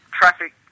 traffic